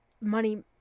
money